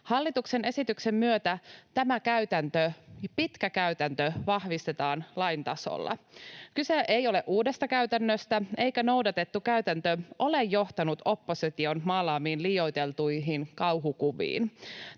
Hallituksen esityksen myötä tämä pitkä käytäntö vahvistetaan lain tasolla. Kyse ei ole uudesta käytännöstä, eikä noudatettu käytäntö ole johtanut opposition maalaamiin liioiteltuihin kauhukuviin.